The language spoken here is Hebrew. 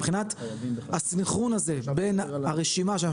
מבחינת הסנכרון הזה בין הרשימה שאנחנו